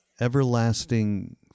everlasting